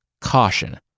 caution